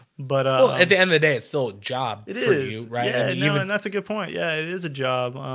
but at the end of the day, it's still a job it is yeah you know and that's a good point. yeah, it is a job